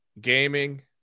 gaming